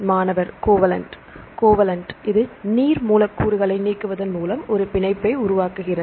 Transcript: மாணவர்கோவலன்ட் covalent இது நீர் மூலக்கூறு நீக்குவதன் மூலம் ஒரு பிணைப்பை உருவாக்குகிறது